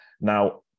Now